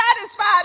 satisfied